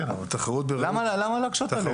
למה להקשות עליהם?